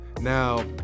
Now